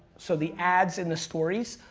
so the ads in the stories,